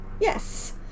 Yes